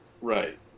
Right